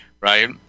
right